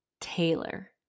Taylor